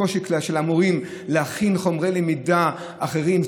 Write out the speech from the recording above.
הקושי של המורים להכין חומרי למידה אחרים,